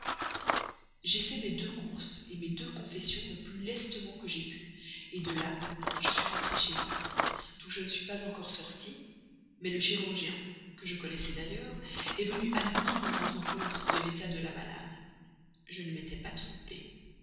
j'ai fait mes deux courses mes deux confessions le plus lestement que j'ai pu de là je suis rentré chez moi d'où je ne suis pas encore sorti mais le chirurgien que je connaissais d'ailleurs est venu à midi me rendre compte de l'état de la malade je ne m'étais pas trompé